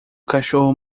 cachorro